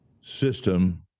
system